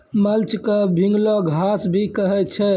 mulch क भींगलो घास भी कहै छै